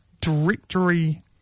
directory